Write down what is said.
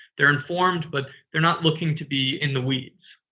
they're informed, but they're not looking to be in the weeds.